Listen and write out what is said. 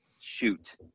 Shoot